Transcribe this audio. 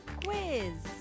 quiz